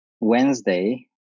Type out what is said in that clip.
Wednesday